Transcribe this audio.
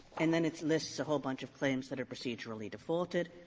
and then it lists a whole bunch of claims that are procedurally defaulted.